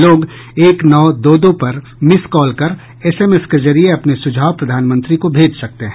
लोग एक नौ दो दो पर मिस कॉल कर एसएमएस के जरिए अपने सुझाव प्रधानमंत्री को भेज सकते हैं